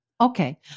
Okay